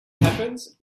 happens